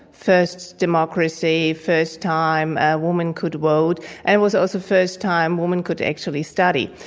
first democracy, first time a woman could vote and was also first time woman could actually study.